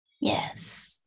Yes